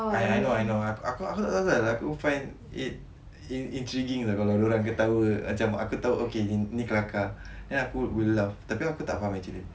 I I know I know aku find it intriguing tahu kalau diorang ketawa macam aku tahu ni kelakar then aku will laugh tapi aku tak faham actually